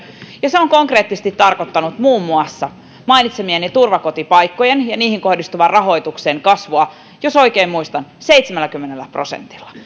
ja se on konkreettisesti tarkoittanut muun muassa mainittujen turvakotipaikkojen määrän ja niihin kohdistuvan rahoituksen kasvua jos oikein muistan seitsemälläkymmenellä prosentilla